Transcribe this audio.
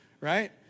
right